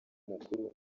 mukuru